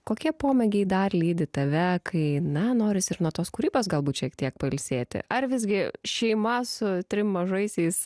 kokie pomėgiai dar lydi tave kai na norisi ir nuo tos kūrybos galbūt šiek tiek pailsėti ar visgi šeima su trim mažaisiais